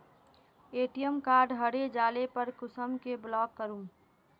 ATM card हरे जाले पर कुंसम के ब्लॉक करूम?